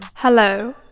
Hello